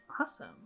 awesome